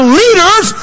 leaders